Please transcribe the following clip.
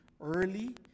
early